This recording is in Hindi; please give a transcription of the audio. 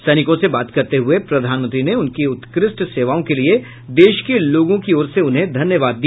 सैनिकों से बात करते हुए प्रधानमंत्री ने उनकी उत्कृष्ट सेवाओं के लिये देश के लोगों की ओर से उन्हें धन्यवाद दिया